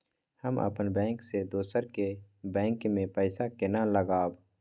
हम अपन बैंक से दोसर के बैंक में पैसा केना लगाव?